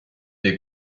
des